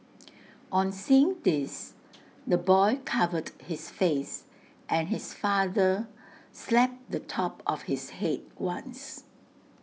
on seeing this the boy covered his face and his father slapped the top of his Head once